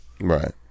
Right